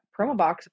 Promobox